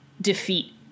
defeat